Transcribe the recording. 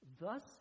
Thus